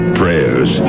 prayers